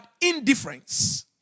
indifference